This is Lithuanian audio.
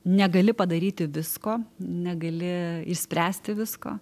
negali padaryti visko negali išspręsti visko